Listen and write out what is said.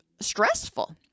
stressful